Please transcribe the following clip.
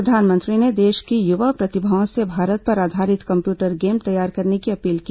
प्रधानमंत्री ने देश की युवा प्रतिभाओं से भारत पर आधारित कम्प्यूटर गेम तैयार करने की अपील की